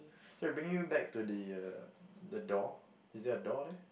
k I'm bringing you back to the uh the door is there a door there